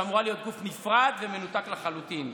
שאמורה להיות גוף נפרד ומנותק לחלוטין,